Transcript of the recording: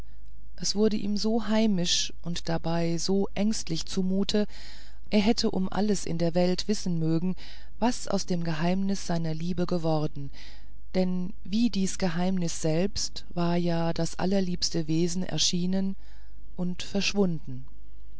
es wurde ihm so heimisch und dabei so ängstlich zumute er hätte um alles in der welt wissen mögen was aus dem geheimnis seiner liebe geworden denn wie dies geheimnis selbst war ja das allerliebste wesen erschienen und verschwunden